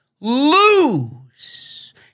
lose